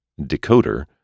decoder